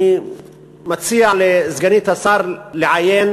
אני מציע לסגנית השר לעיין,